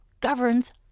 governs